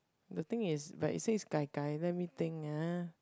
the thing is but you say is Gai-Gai let me think ah